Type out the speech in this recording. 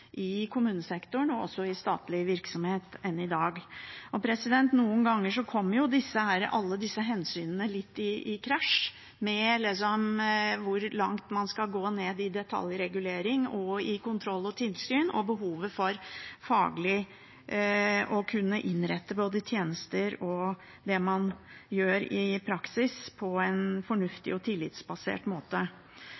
i dag, i daglig drift i kommunesektoren og i statlig virksomhet. Noen ganger krasjer jo alle disse hensynene litt – mellom hvor langt ned skal man gå i detaljregulering, i kontroll og i tilsyn og behovet for faglig å kunne innrette tjenester og det man gjør i praksis, på en